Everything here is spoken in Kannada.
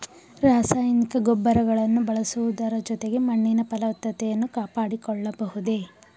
ರಾಸಾಯನಿಕ ಗೊಬ್ಬರಗಳನ್ನು ಬಳಸುವುದರ ಜೊತೆಗೆ ಮಣ್ಣಿನ ಫಲವತ್ತತೆಯನ್ನು ಕಾಪಾಡಿಕೊಳ್ಳಬಹುದೇ?